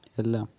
എല്ലാം